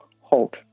halt